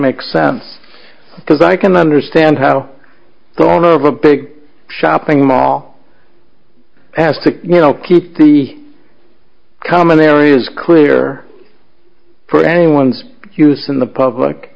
makes sense because i can understand how the owner of a big shopping mall has to keep the common areas clear for anyone's use in the public